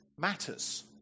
matters